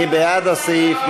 מי בעד הסעיף?